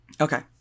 okay